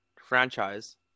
franchise